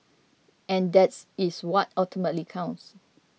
and that is what ultimately counts